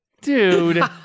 Dude